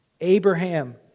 Abraham